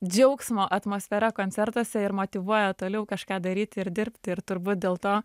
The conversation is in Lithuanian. džiaugsmo atmosfera koncertuose ir motyvuoja toliau kažką daryti ir dirbti ir turbūt dėl to